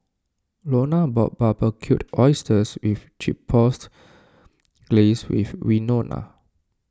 Launa bought Barbecued Oysters with Chipotle Glaze for Winona